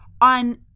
on